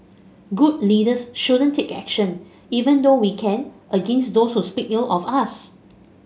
good leaders shouldn't take action even though we can against those who speak ill of us